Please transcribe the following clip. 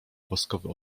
woskowy